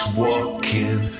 walking